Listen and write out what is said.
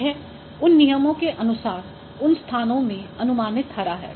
यह उन नियमों के अनुसार उन स्थानों में अनुमानित हरा है